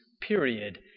period